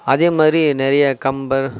அதே மாதிரி நிறைய கம்பர்